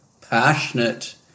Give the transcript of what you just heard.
passionate